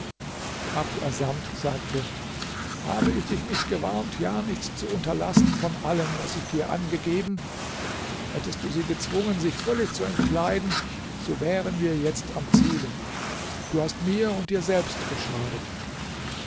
abd assamd sagte habe ich dich nicht gewarnt ja nichts zu unterlassen von allem was ich dir angegeben hättest du sie gezwungen sich völlig zu entkleiden so wären wir jetzt am ziele du hast mir und dir selbst geschadet